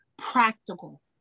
practical